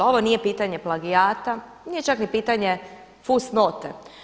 Ovo nije pitanje plagijata, nije čak ni pitanje fusnote.